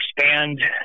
expand